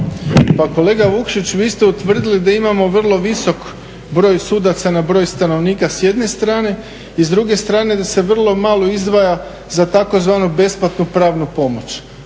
Pa kolega Vukšić vi ste utvrdili da imamo vrlo visok broj sudaca na broj stanovnika s jedne strane i s druge strane da se vrlo malo izdvaja za tzv. besplatnu pravnu pomoć.